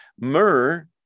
myrrh